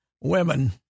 women